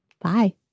Bye